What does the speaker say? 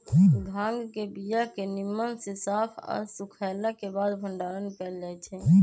भांग के बीया के निम्मन से साफ आऽ सुखएला के बाद भंडारण कएल जाइ छइ